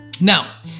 Now